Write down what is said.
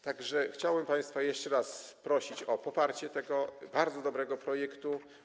Tak że chciałem państwa jeszcze raz prosić o poparcie tego bardzo dobrego projektu.